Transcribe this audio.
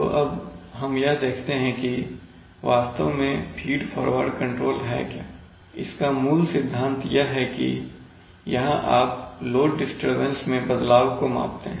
तो अब हम यह देखते हैं कि वास्तव में फीड फॉरवर्ड कंट्रोल है क्या इसका मूल सिद्धांत यह है कि यहां आप लोड डिस्टरबेंस में बदलाव को मापते हैं